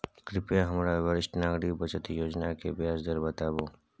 कृपया हमरा वरिष्ठ नागरिक बचत योजना के ब्याज दर बताबू